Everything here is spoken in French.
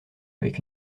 avec